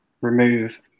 remove